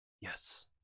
Yes